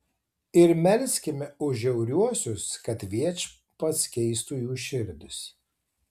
ir melskime už žiauriuosius kad viešpats keistų jų širdis